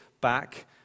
back